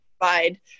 provide